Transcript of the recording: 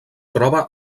troba